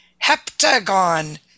Heptagon